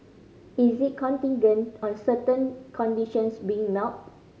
is it contingent on certain conditions being